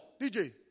DJ